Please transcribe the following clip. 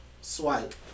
swipe